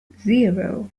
zero